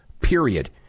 period